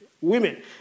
women